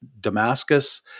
Damascus